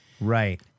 Right